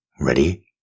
Ready